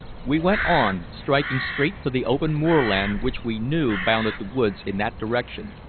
we went on, striking straight for the open moorland which we knew bounded the woods in that direction,